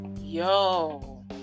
Yo